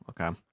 okay